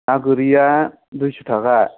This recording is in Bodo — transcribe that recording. ना गोरिया दुइस' थाखा